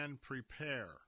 prepare